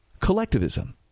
collectivism